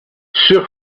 sur